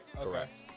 Correct